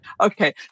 okay